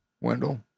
Wendell